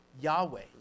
Yahweh